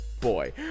Boy